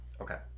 Okay